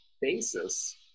basis